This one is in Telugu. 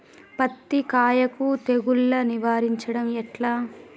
పత్తి కాయకు తెగుళ్లను నివారించడం ఎట్లా?